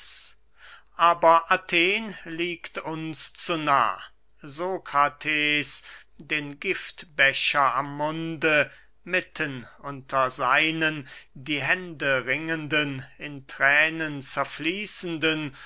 aber athen liegt uns zu nah sokrates den giftbecher am munde mitten unter seinen die hände ringenden in thränen zerfließenden